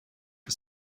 for